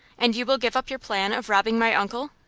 and you will give up your plan of robbing my uncle?